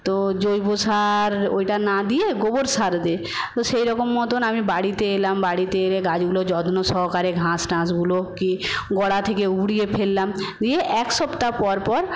তো জৈবসার ওইটা না দিয়ে গোবর সার দে তো সেইরকম মতো আমি বাড়িতে এলাম বাড়িতে এলে গাছগুলো যত্নসহকারে ঘাস টাসগুলো কী গোড়া থেকে উড়িয়ে ফেললাম দিয়ে এক সপ্তাহ পর পর